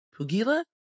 Pugila